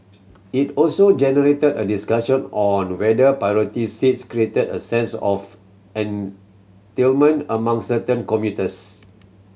it also generated a discussion on whether priority seats created a sense of among certain commuters